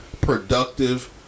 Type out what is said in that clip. Productive